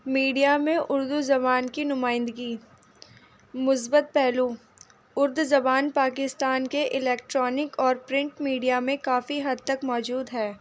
media میں اردو زبان کی نمائندگی مثبت پہلو اردو زبان پاکستان کے الیکٹرانک اور پرنٹ میڈیا میں کافی حد تک موجود ہے